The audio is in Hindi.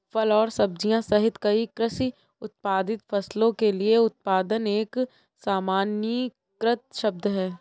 फल और सब्जियां सहित कई कृषि उत्पादित फसलों के लिए उत्पादन एक सामान्यीकृत शब्द है